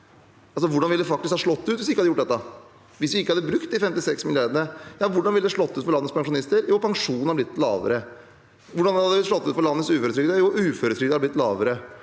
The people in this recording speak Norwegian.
Hvordan ville det faktisk ha slått ut hvis vi ikke hadde gjort dette, hvis vi ikke hadde brukt de 56 mrd. kronene? Hvordan ville det ha slått ut for landets pensjonister? – Jo, pensjonene ville ha blitt lavere. Hvordan hadde det slått ut for landets uføretrygdede? – Uføretrygden hadde blitt lavere.